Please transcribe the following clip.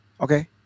Okay